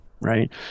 right